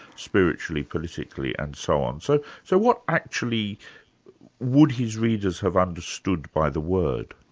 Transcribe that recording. spiritually, politically and so on, so so what actually would his readers have understood by the word?